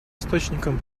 источником